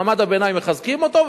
מעמד הביניים מחזקים אותו,